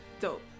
dope